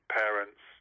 parents